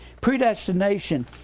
predestination